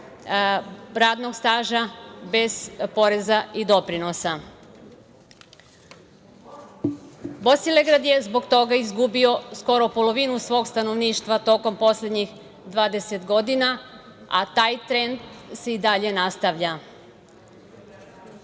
radnog staža, bez poreza i doprinosa. Bosilegrad je zbog toga izgubio skoro polovinu svog stanovništva tokom poslednjih 20 godina, a taj trend se i dalje nastavlja.